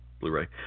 Blu-ray